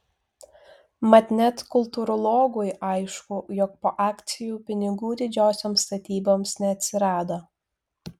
mat net kultūrologui aišku jog po akcijų pinigų didžiosioms statyboms neatsirado